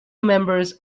members